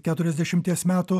keturiasdešimties metų